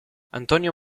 antonio